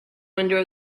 windows